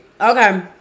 Okay